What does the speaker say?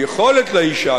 ויכולת לאשה,